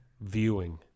viewing